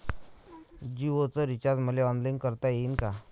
जीओच रिचार्ज मले ऑनलाईन करता येईन का?